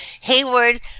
Hayward